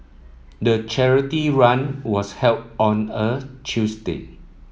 the charity run was held on a Tuesday